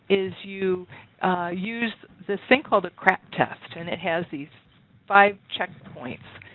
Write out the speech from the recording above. is you use this thing called a craap test and it has these five check points.